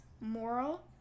moral